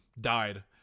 died